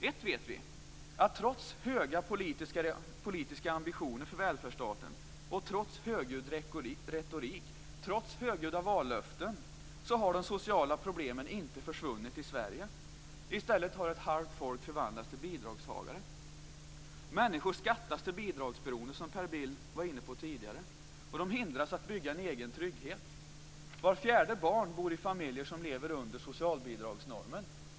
Ett vet vi, att trots höga politiska ambitioner för välfärdsstaten och trots högljudd retorik och högljudda vallöften har inte de sociala problemen försvunnit i Sverige. I stället har en halv befolkning förvandlats till bidragstagare. Människor skattas till bidragsberoende, som Per Bill var inne på tidigare, och de hindras att bygga en egen trygghet. Vart fjärde barn bor i familjer som lever under socialbidragsnormen.